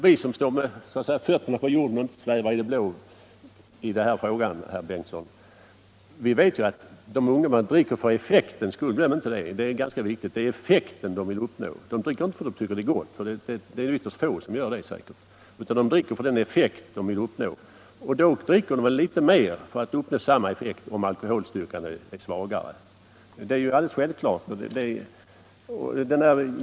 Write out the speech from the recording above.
Vi som står med fötterna på jorden och inte svävar i det blå i den här frågan vet att ungdomarna dricker för effektens skull - glöm inte det, för det är viktigt! Det är säkerligen ytterst få som dricker för att de tycker det är gott, utan de dricker för den effekt som de vill uppnå. Då dricker de litet mer för att uppnå samma effekt om alkoholstyrkan är mindre.